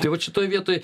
tai vat šitoj vietoj